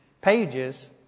pages